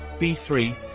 b3